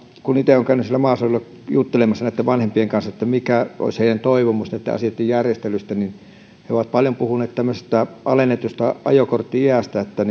kun itse olen käynyt maaseudulla juttelemassa vanhempien kanssa mikä olisi heidän toivomuksensa näitten asioitten järjestelystä niin he ovat paljon puhuneet tämmöisestä alennetusta ajokortti iästä että